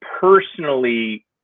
personally